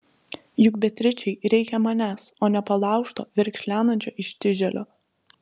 juk beatričei reikia manęs o ne palaužto verkšlenančio ištižėlio